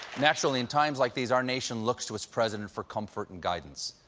naturally, in times like these, our nation looks to its president for comfort and guidance.